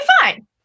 fine